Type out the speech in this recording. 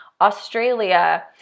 Australia